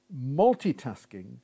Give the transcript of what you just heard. Multitasking